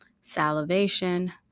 salivation